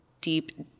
deep